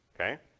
Okay